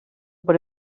por